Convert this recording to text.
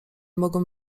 mogą